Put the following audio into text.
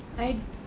I